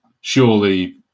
surely